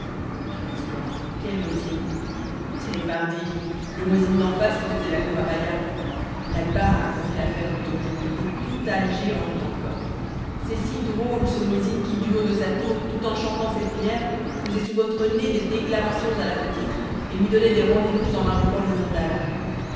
quelle histoire quel muezzin té pardi le muezzin d'en face qui faisait la cour à baïa l'akbar a raconté l'affaire l'autre jour et tout alger en rit encore c'est si drôle ce muezzin qui du haut de sa tour tout en chantant ses prières faisait sous votre nez des déclarations à la petite et lui donnait des rendez-vous en invoquant le nom d'allah